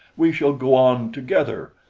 we shall go on together!